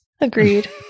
Agreed